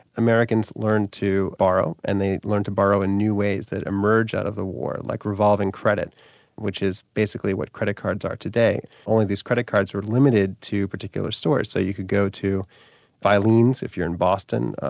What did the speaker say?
americans learned to borrow and they learned to borrow in new ways that emerged out of the war, like revolving credit which is basically what credit cards are today. only these credit cards were limited to particular stores, so you could go to filene's if you're in boston,